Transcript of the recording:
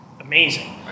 amazing